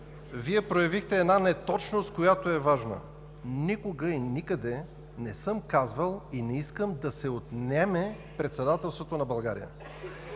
Вие проявихте една неточност, която е важна. Никога и никъде не съм казвал и не искам да се отнеме председателството на България.